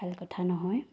ভাল কথা নহয়